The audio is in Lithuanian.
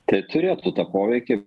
tai turėtų tą poveikį